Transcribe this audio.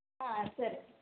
సరే